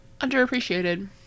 underappreciated